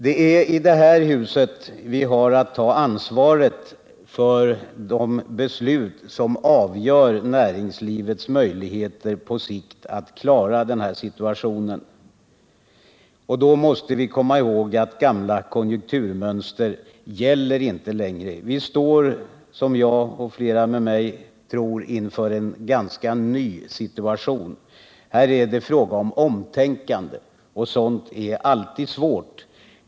Det är i det här huset vi har att ta ansvaret för de beslut som avgör näringslivets möjligheter att på sikt bemästra den uppkomna situationen. Då måste vi komma ihåg att gamla konjunkturmönster inte längre gäller. Vi står, som jag och flera med mig tror, inför en ganska ny situation. Här är det fråga om omtänkande och sådant är alltid svårt.